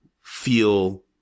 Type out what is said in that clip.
feel